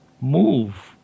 move